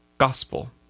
gospel